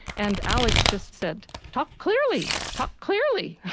and alex just said talk clearly, talk clearly'.